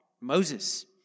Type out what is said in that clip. Moses